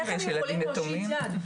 איך הם יכולים להושיט יד.